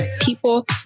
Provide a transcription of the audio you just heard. people